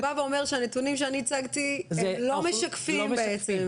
אז בעצם אתה בא ואומר שהנתונים שאני הצגתי הם לא משקפים בעצם,